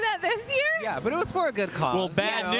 this year. yeah but it was for a good cause. bad news,